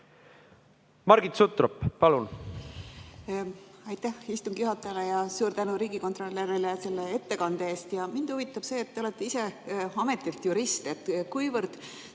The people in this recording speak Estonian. Margit Sutrop, palun!